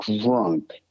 drunk